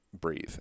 breathe